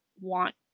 want